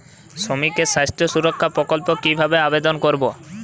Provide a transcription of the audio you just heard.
শ্রমিকের স্বাস্থ্য সুরক্ষা প্রকল্প কিভাবে আবেদন করবো?